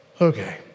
okay